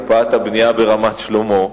בנושא הקפאת הבנייה ברמת-שלמה,